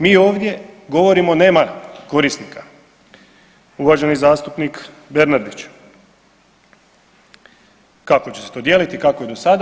Mi ovdje govorimo nema korisnika, uvaženi zastupnik Bernardić kako će se to dijeliti, kako i do sada.